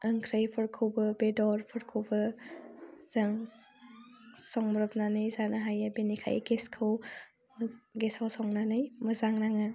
ओंख्रिफोरखौबो बेदरफोरखौबो जों संब्रबनानै जानो हायो बेनिखायनो गेसाव संनानै मोजां नाङो